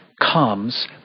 comes